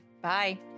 Bye